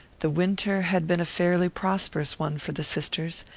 the winter had been a fairly prosperous one for the sisters,